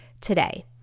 today